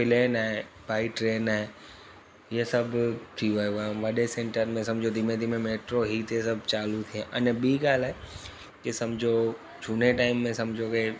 plain आहे बाए train आहे इहे सभु थी वियो आहे वॾे सेंटर में सम्झो धीमे धीमे मेट्रो हिते सभु चालू थी अने ॿी ॻाल्हि आहे की सम्झो झूने टाइम में सम्झो की